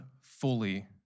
fully